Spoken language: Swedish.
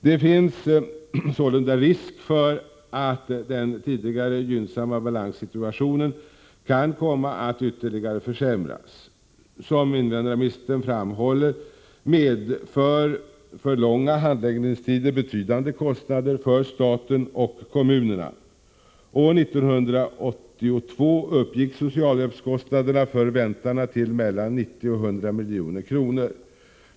Det finns sålunda risk för att den tidigare gynnsamma balanssituationen kan komma att ytterligare försämras. Som invandrarministern framhåller medför alltför långa handläggningstider betydande kostnader för staten och kommunerna. År 1982 uppgick socialhjälpskostnaderna för väntarna till mellan 90 och 100 milj.kr.